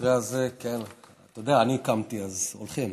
במקרה הזה, אתה יודע, אני קמתי, אז הולכים.